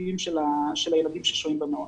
וההתפתחותיים של הילדים ששוהים במעון.